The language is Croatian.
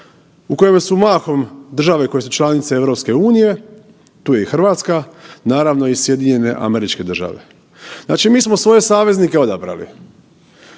u kojem su mahom države koje su članice EU, tu je i Hrvatska, naravno i SAD. Znači mi smo svoje saveznike odabrali.